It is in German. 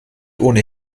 ohne